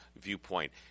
viewpoint